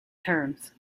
terms